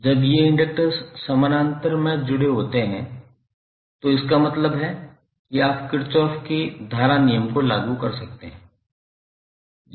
जब ये इंडेक्सर्स समानांतर में जुड़े होते हैं तो इसका मतलब है कि आप किरचॉफ के धारा नियम को लागू कर सकते हैं